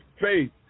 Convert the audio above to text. faith